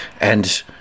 and